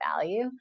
value